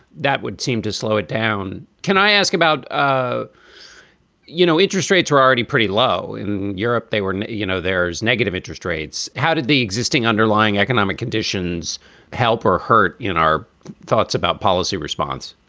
that would seem to slow it down can i ask about, ah you know, interest rates are already pretty low in europe. they were. you know, there's negative interest rates. how did the existing underlying economic conditions help or hurt in our thoughts about policy response?